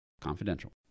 Confidential